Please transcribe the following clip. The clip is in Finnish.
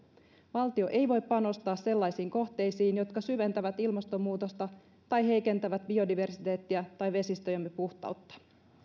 valtio ei voi panostaa sellaisiin kohteisiin jotka syventävät ilmastonmuutosta tai heikentävät biodiversiteettia tai vesistöjemme puhtautta